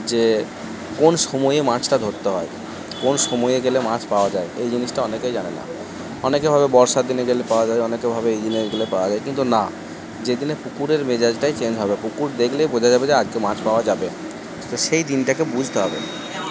যে কোন সময়ে মাছটা ধরতে হয় কোন সময়ে গেলে মাছ পাওয়া যায় এই জিনিসটা অনেকেই জানে না অনেকে ভাবে বর্ষার দিনে গেলে পাওয়া যায় অনেকে ভাবে এই দিনে গেলে পাওয়া যায় কিন্তু না যে দিনে পুকুরের মেজাজটাই চেঞ্জ হবে পুকুর দেখলেই বোঝা যাবে যে আজকে মাছ পাওয়া যাবে তো সেই দিনটাকে বুঝতে হবে